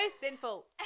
sinful